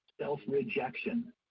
self-rejection